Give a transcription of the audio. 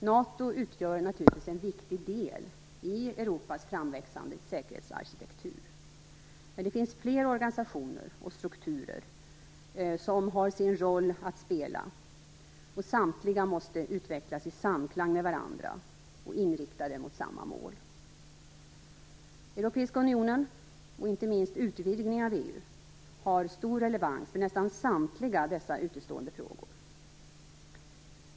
NATO utgör naturligtvis en viktig del i Europas framväxande säkerhetsarkitektur, men det finns fler organisationer och strukturer som har sin roll att spela, och samtliga måste utvecklas i samklang med varandra och inriktade mot samma mål. Europeiska unionen, inte minst utvidgningen av EU, har stor relevans för nästan samtliga dessa utestående frågor.